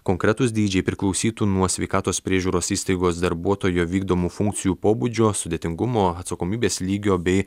konkretūs dydžiai priklausytų nuo sveikatos priežiūros įstaigos darbuotojo vykdomų funkcijų pobūdžio sudėtingumo atsakomybės lygio bei